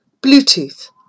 Bluetooth